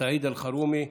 סעיד אלחרומי,